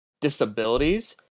disabilities